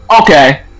okay